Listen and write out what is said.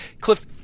Cliff